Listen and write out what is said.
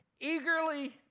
eagerly